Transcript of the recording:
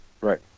right